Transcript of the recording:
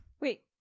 Wait